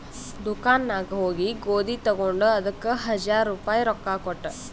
ದುಕಾನ್ ನಾಗ್ ಹೋಗಿ ಗೋದಿ ತಗೊಂಡ ಅದಕ್ ಹಜಾರ್ ರುಪಾಯಿ ರೊಕ್ಕಾ ಕೊಟ್ಟ